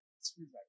screwdriver